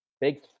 big